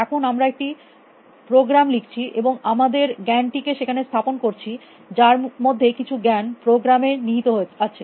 এখন আমরা একটি প্রোগ্রাম লিখছি এবং আমাদের জ্ঞান টিকে সেখানে স্থাপন করছি যার মধ্যে কিছু জ্ঞান প্রোগ্রামে নিহিত আছে